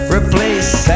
Replace